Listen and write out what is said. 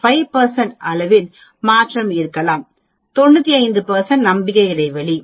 5 of என்ற அளவில் மாற்றம் இருக்கலாம் 95 நம்பிக்கை இடைவெளி